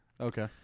Okay